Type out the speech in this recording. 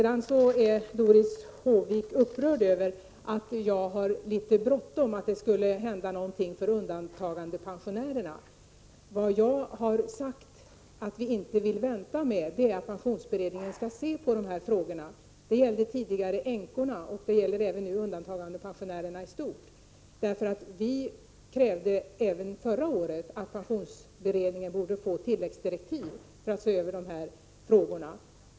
Doris Håvik var upprörd över att jag har bråttom när det gäller att göra någonting för undantagandepensionärerna. Vad jag har sagt är att vi inte vill vänta på att pensionsberedningen skall ta upp dessa frågor. Det gällde tidigare änkorna, och nu gäller det också undantagandepensionärerna i stort. Folkpartiet krävde även förra året att pensionsberedningen borde få tilläggsdirektiv för att se över dessa frågor.